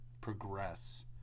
progress